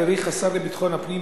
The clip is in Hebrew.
האריך השר לביטחון הפנים,